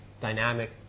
dynamic